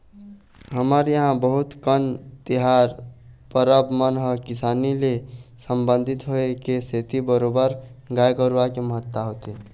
हमर इहाँ बहुत कन तिहार परब मन ह किसानी ले संबंधित होय के सेती बरोबर गाय गरुवा के महत्ता होथे